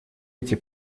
эти